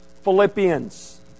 Philippians